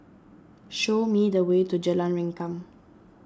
show me the way to Jalan Rengkam